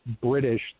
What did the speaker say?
British